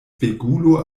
spegulo